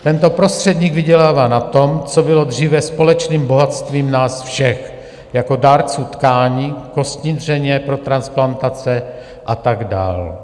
Tento prostředník vydělává na tom, co bylo dříve společným bohatstvím nás všech jako dárců tkání kostní dřeně pro transplantace a tak dále.